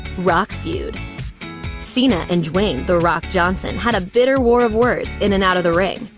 rock feud cena and dwayne the rock johnson had a bitter war of words in and out of the ring,